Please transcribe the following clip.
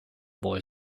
boy